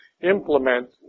implement